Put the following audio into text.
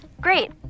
Great